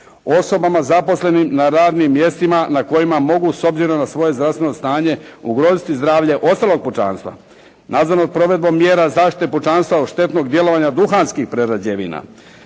Osobama zaposlenim na radnim mjestima na kojima mogu s obzirom na svoje zdravstveno stanje ugroziti zdravlje ostalog pučanstva. Nadzorom provedbe mjera zaštite pučanstva od štetnog djelovanja duhanskih prerađevina.